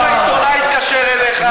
אולי איזה עיתונאי התקשר אליך,